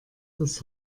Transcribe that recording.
das